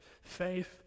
Faith